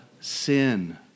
sin